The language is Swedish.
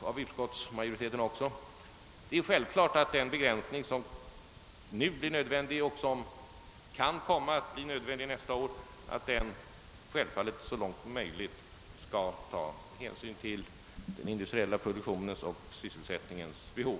och av utskottsmajoriteten — att den begränsning som nu blir nödvändig och som kan komma att bli nödvändig nästa år så långt möjligt skall ta hänsyn till den industriella produktionens och sysselsättningens behov.